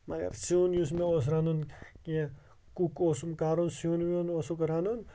مگر سِیُن یُس مےٚ اوس رَنُن کیٚنٛہہ کُک اوسُم کَرُن سِیُن وِیُن اوسُک رَنُن